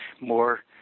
more